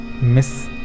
miss